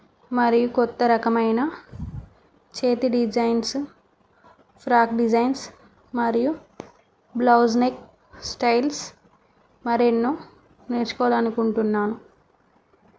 మరియు కొత్త రకమైన చేతి డిజైన్సు ఫ్రాక్ డిజైన్స్ మరియు బ్లౌజ్ నెక్ స్టైల్స్ మరెన్నో నేర్చుకోవాలి అనుకుంటున్నాను